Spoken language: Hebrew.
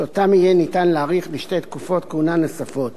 שאותה יהיה ניתן להאריך בשתי תקופות כהונה נוספות,